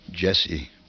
Jesse